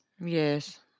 Yes